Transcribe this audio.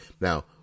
Now